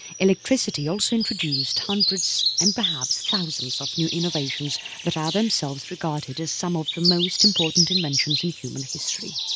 electricity also introduced hundreds and perhaps, thousands of new innovations that are themselves regarded as some of the most important inventions in human history.